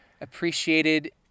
appreciated